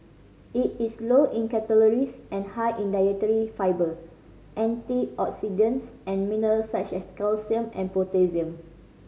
it is low in calories and high in dietary fibre antioxidants and minerals such as calcium and potassium